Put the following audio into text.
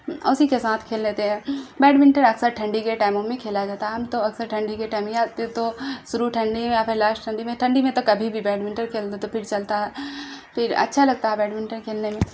اسی کے ساتھ کھیل لیتے ہیں بیڈمنٹن اکثر ٹھنڈی کے ٹائموں میں کھیلا جاتا ہے ہم تو اکثر ٹھنڈی کے ٹائم یا پھر تو شروع ٹھنڈی میں یا پھر لاسٹ ٹھنڈی میں ٹھنڈی میں تو کبھی بھی بیڈمنٹن کھیل لو تو پھر چلتا ہے پھر اچھا لگتا ہے بیڈمنٹن کھیلنے میں